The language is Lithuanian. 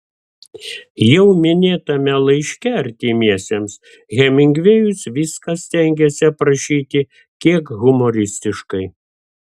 jau minėtame laiške artimiesiems hemingvėjus viską stengėsi aprašyti kiek humoristiškai